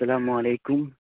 السلام علیکم